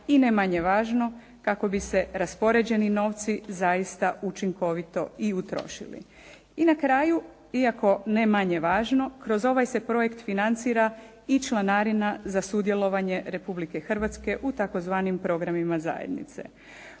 i ne manje važno, kako bi se raspoređeni novci zaista učinkovito i utrošili. I na kraju, iako ne manje važno, kroz ovaj se projekt financira i članarina za sudjelovanje Republike Hrvatske u tzv. programima zajednice.